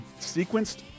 sequenced